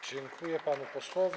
Dziękuję panu posłowi.